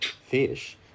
fish